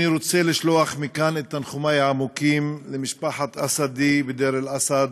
אני רוצה לשלוח מכאן את תנחומי העמוקים למשפחת אסדי בדיר-אל-אסד.